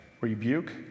rebuke